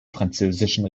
französischen